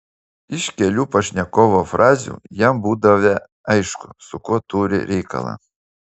iš kelių pašnekovo frazių jam būdavę aišku su kuo turi reikalą